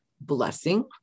blessing